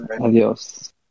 Adios